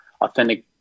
authentic